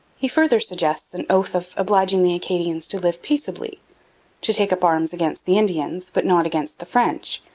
he further suggests an oath of obliging the acadians to live peaceably to take up arms against the indians, but not against the french,